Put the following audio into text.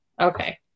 Okay